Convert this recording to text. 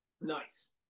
Nice